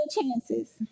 chances